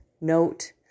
note